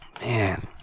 Man